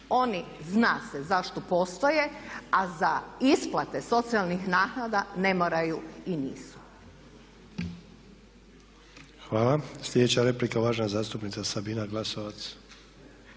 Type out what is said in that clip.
Oni, zna se zašto postoje a za isplate socijalnih naknada ne moraju i nisu. **Sanader, Ante (HDZ)** Hvala. Sljedeća replika uvažena zastupnica Sabina Glasovac.